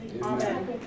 Amen